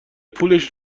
پولش